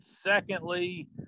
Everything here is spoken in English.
Secondly